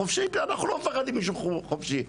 חופשי, אנחנו לא מפחדים משוק חופשי.